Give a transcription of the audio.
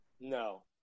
No